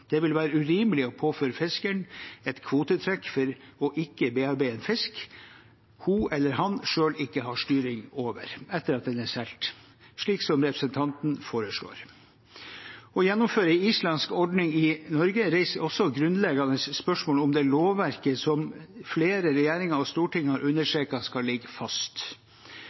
Det vil være urimelig å påføre fiskeren et kvotetrekk for å ikke bearbeide en fisk hun eller han selv ikke har styring over etter at den er solgt, slik representanten foreslår. Å gjennomføre en islandsk ordning i Norge reiser grunnleggende spørsmål om det lovverket som flere regjeringer og Stortinget har understreket skal ligge fast.